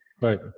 right